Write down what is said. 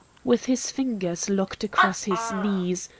with his fingers locked across his knees,